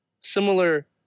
Similar